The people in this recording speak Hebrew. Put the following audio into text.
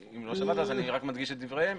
אני רק מדגיש את דבריהם.